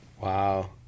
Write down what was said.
Wow